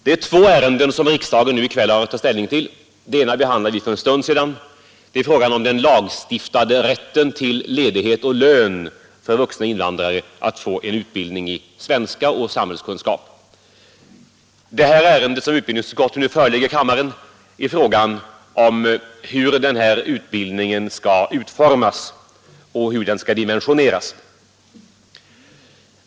Det är två ärenden som riksdagen i kväll har att ta ställning till. Det ena behandlade vi för en stund sedan. Det är frågan om den lagstiftade rätten till ledighet och lön för vuxna invandrare vid utbildning i svenska och samhällskunskap. Det ärende som utbildningsutskottet nu förelägger kammaren gäller hur utbildningen skall utformas och dimensioneras.